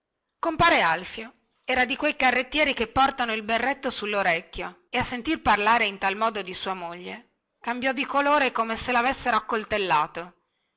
compare alfio era di quei carrettieri che portano il berretto sullorecchio e a sentir parlare in tal modo di sua moglie cambiò di colore come se lavessero accoltellato